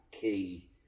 key